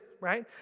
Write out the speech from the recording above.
right